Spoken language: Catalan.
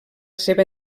seva